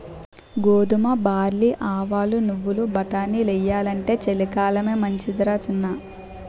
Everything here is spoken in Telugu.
గోధుమ, బార్లీ, ఆవాలు, నువ్వులు, బటానీలెయ్యాలంటే చలికాలమే మంచిదరా సిన్నా